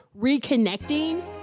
reconnecting